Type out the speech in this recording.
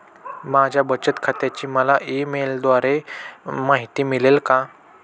माझ्या बचत खात्याची मला ई मेलद्वारे माहिती मिळेल का?